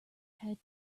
had